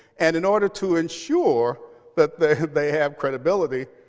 and in order to ensure that they have they have credibility,